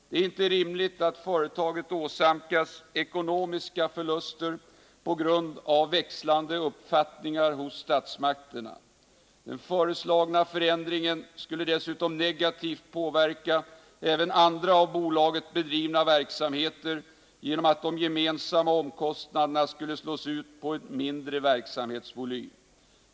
Det är inte rimligt att företaget åsamkas ekonomiska förluster på grund av växlande uppfattningar hos statsmakterna. De föreslagna förändringarna skulle dessutom negativt påverka även andra av bolaget bedrivna verksamheter genom att de gemensamma omkostnaderna skulle slås ut på en mindre verksamhetsvolym.